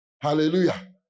Hallelujah